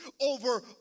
over